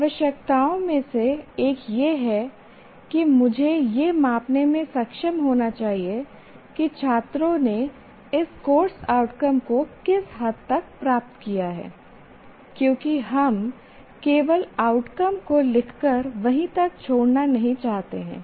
आवश्यकताओं में से एक यह है कि मुझे यह मापने में सक्षम होना चाहिए कि छात्रों ने इस कोर्स आउटकम को किस हद तक प्राप्त किया है क्योंकि हम केवल आउटकम को लिखकर वहीं तक छोड़ना नहीं चाहते हैं